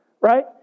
right